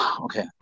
Okay